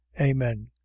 Amen